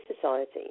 society